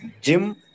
gym